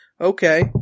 Okay